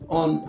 on